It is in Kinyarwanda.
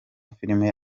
filime